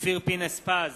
אופיר פינס-פז